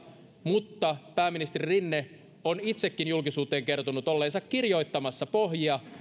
mutta pääministeri rinne on itsekin julkisuuteen kertonut olleensa kirjoittamassa pohjia